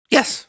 Yes